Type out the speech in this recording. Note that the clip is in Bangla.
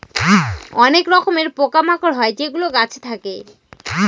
অনেক রকমের পোকা মাকড় হয় যেগুলো গাছে থাকে